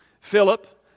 Philip